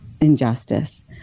injustice